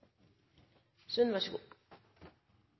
landet – så god